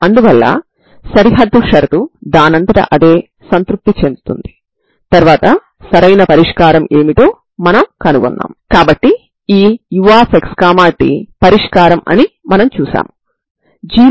కాబట్టి సరిహద్దు నియమాలు నిర్ణయించబడి ఉన్నాయి మరియు ప్రారంభ నియమాలు అంతే ఉంటాయి ఇప్పుడు మనం చూస్తున్నది ఇదే